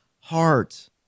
heart